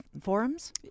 forums